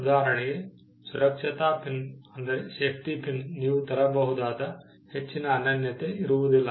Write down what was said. ಉದಾಹರಣೆಗೆ ಸುರಕ್ಷತಾ ಪಿನ್ನಲ್ಲಿ ನೀವು ತರಬಹುದಾದ ಹೆಚ್ಚಿನ ಅನನ್ಯತೆ ಇರುವುದಿಲ್ಲ